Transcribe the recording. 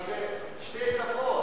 אז זה שתי שפות.